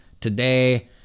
today